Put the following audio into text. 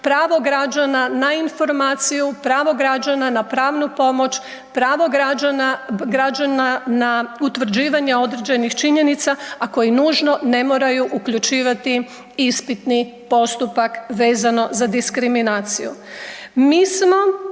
pravo građana na informaciju, pravo građana na pravnu pomoć, pravo građana, građana na utvrđivanje određenih činjenica, a koji nužno ne moraju uključivati ispitni postupak vezano za diskriminaciju.